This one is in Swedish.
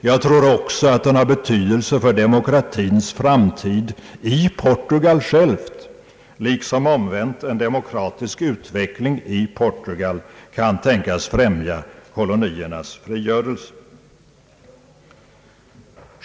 Jag tror också att den har betydelse för demokratins framtid i Portugal självt, liksom omvänt en demokratisk utveckling i Portugal kan tänkas främja koloniernas frigörelse.